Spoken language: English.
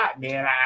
man